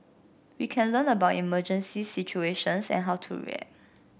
we can learn about emergency situations and how to react